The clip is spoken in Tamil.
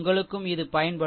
உங்களுக்கும் இது பயன்படும்